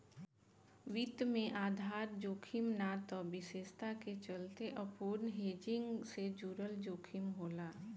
वित्त में आधार जोखिम ना त विशेषता के चलते अपूर्ण हेजिंग से जुड़ल जोखिम होला